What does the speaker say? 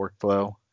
workflow